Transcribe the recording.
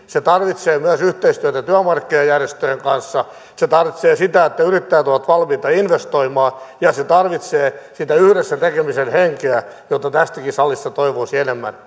se tarvitsee myös yhteistyötä työmarkkinajärjestöjen kanssa se tarvitsee sitä että yrittäjät ovat valmiita investoimaan ja se tarvitsee sitä yhdessä tekemisen henkeä jota tästäkin salista toivoisi enemmän